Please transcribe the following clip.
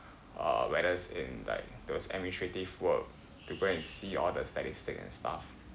uh whether it's in like those administrative work they go and see all the statistic and stuff